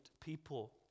people